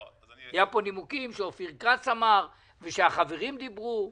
היו כאן נימוקים שאופיר כץ אמר והחברים דיברו.